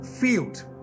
field